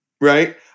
right